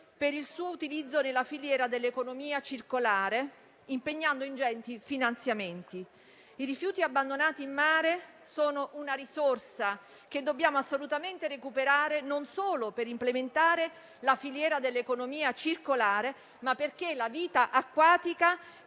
per il suo utilizzo nella filiera dell'economia circolare, impegnando ingenti finanziamenti. I rifiuti abbandonati in mare sono una risorsa che dobbiamo assolutamente recuperare non solo per implementare la filiera dell'economia circolare, ma anche perché la vita acquatica